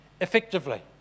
effectively